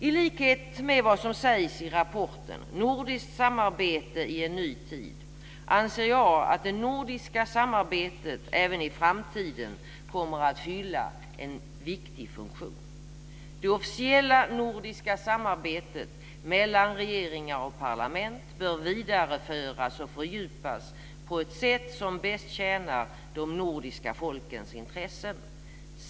I likhet med vad som sägs i rapporten Nordiskt samarbete i en ny tid anser jag att det nordiska samarbetet även i framtiden kommer att fylla en viktig funktion. Det officiella nordiska samarbetet mellan regeringar och parlament bör vidareföras och fördjupas på ett sätt som bäst tjänar de nordiska folkens intressen.